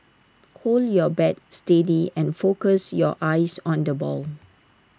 hold your bat steady and focus your eyes on the ball